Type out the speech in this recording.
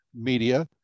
media